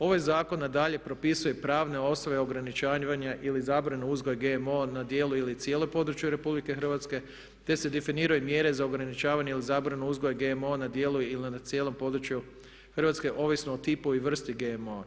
Ovaj zakon nadalje propisuje pravne osobe ograničavanja ili zabranu uzgoj GMO-a na djelu ili cijelom području RH te se definiraju mjere za ograničavanje ili zabranu uzgoja GMO-a na djelu ili na cijelom području Hrvatske ovisno o tipu i vrsti GMO-a.